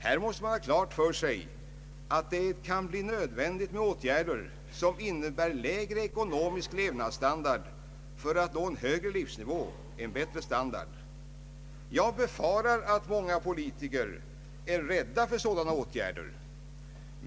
Här måste man ha klart för sig att det kan bli nödvändigt med åtgärder som innebär lägre ekonomisk levnadsstandard för att nå en högre livsnivå, en bättre standard. Jag befarar att många politiker är rädda för sådana åtgärder.